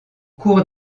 cours